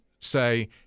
say